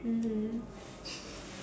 mm